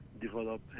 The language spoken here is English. develop